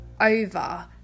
over